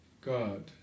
God